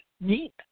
neat